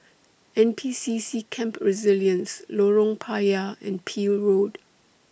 N P C C Camp Resilience Lorong Payah and Peel Road